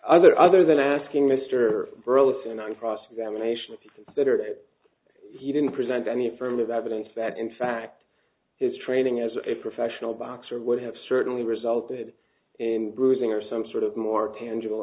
other other than asking mr burleson on cross examination that or that he didn't present any affirmative evidence that in fact his training as a professional boxer would have certainly resulted in bruising or some sort of more tangible